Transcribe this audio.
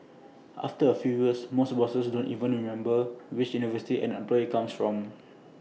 after A few years most bosses don't even remember which university an employee comes from